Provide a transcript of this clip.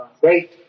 Great